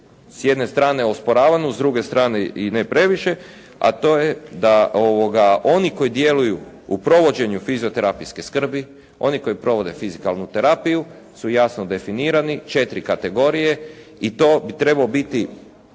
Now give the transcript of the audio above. s jedne strane osporavanu, s druge strane i ne previše a to je da oni koji djeluju u provođenju fizioterapijske skrbi, oni koji provode fizikalnu terapiju su jasno definirani 4 kategorije i to bi trebao biti